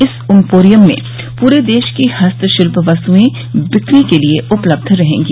इस इम्पोरियम में पूरे देश की हस्तशिल्प वस्तुएं बिक्री के लिए उपलब्ध रहेंगी